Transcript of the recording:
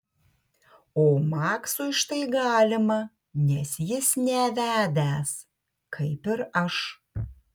o maksui štai galima nes jis nevedęs kaip ir aš